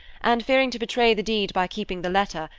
and, fearing to betray the deed by keeping the letter,